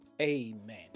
Amen